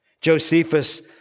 Josephus